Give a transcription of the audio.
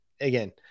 again